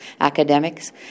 Academics